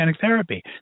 therapy